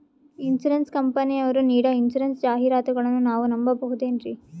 Insurance ಕಂಪನಿಯರು ನೀಡೋ insurance ಜಾಹಿರಾತುಗಳನ್ನು ನಾವು ನಂಬಹುದೇನ್ರಿ?